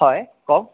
হয় কওক